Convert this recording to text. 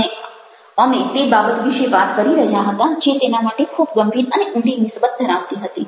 અને અમે તે બાબત વિશે વાત કરી રહ્યા હતા જે તેના માટે ખૂબ ગંભીર અને ઊંડી નિસબત ધરાવતી હતી